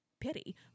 pity